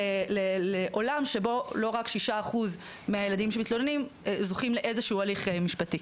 לעולם שבו לא רק 6% מהילדים שמתלוננים זוכים לאיזשהו הליך משפטי.